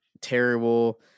terrible